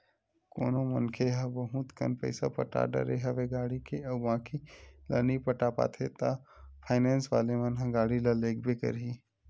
कोनो मनखे ह बहुत कन पइसा पटा डरे हवे गाड़ी के अउ बाकी ल नइ पटा पाते हे ता फायनेंस वाले मन ह गाड़ी ल लेगबे करही